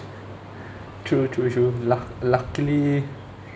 true true true lu~ luckily